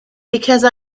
because